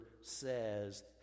says